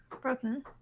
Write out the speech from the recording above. Broken